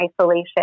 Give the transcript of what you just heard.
isolation